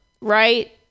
Right